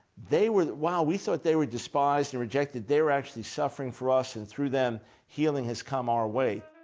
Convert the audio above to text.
they were. wow! we thought they were despised and rejected. they were actually suffering for us, and through them healing has come our way.